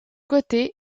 côté